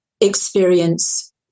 experience